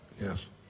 Yes